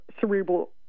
cerebral